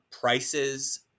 prices